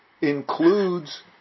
includes